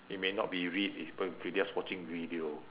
it may not be read is just watching video